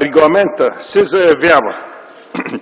регламента се заявява,